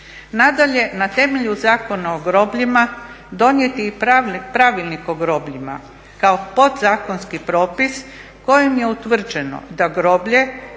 Nadalje, na temelju Zakona o grobljima donijet je i Pravilnik o grobljima kao podzakonski propis kojim je utvrđeno da groblje